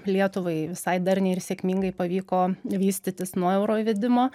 lietuvai visai darniai ir sėkmingai pavyko vystytis nuo euro įvedimo